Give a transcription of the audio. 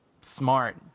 smart